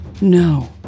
No